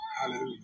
Hallelujah